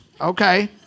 Okay